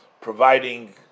providing